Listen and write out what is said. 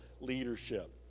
leadership